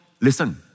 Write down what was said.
listen